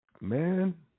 Man